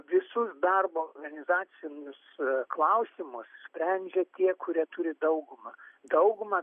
visus darbo organizacinius klausimus sprendžia tie kurie turi daugumą daugumą